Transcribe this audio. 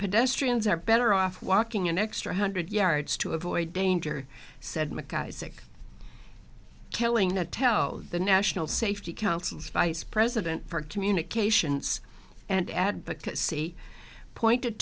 pedestrians are better off walking an extra hundred yards to avoid danger said mcisaac killing a tell the national safety council vice president for communications and advocacy pointed